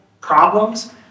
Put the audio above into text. problems